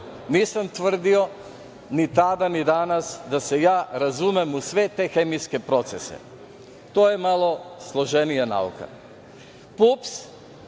nisam tvrdio ni tada ni danas da se ja razumem u sve te hemijske procese i to je malo složenija nauka.